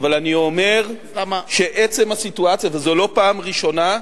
אבל, אני אומר שעצם הסיטואציה, וזו לא פעם ראשונה,